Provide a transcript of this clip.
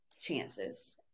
chances